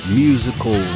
musical